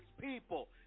people